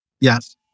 Yes